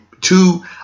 Two